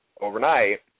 overnight